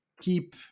keep